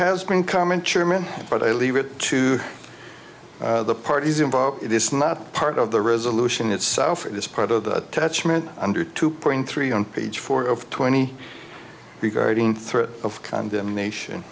has been comment chairman but i leave it to the parties involved it is not part of the resolution itself in this part of the attachment under two point three on page four of twenty regarding threat of condemnation